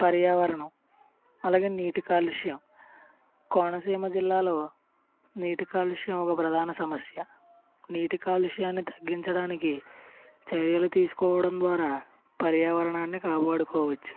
పర్యావరణం అలాగే నీటి కాలుష్యం కోనసీమ జిల్లాలో నీటి కాలుష్యం ఒక ప్రధాన సమస్య నీటి కాలుష్యాన్ని తగ్గించడానికి చర్యలు తీసుకోవడం ద్వారా పర్యావరణాన్ని కాపాడుకోవచ్చు